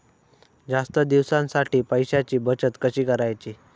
जास्त दिवसांसाठी पैशांची बचत कशी करायची?